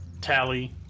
Tally